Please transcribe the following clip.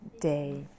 day